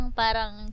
parang